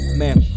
man